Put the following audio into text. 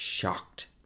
shocked